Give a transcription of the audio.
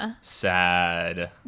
sad